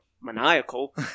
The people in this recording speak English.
maniacal